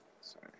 Sorry